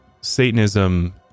Satanism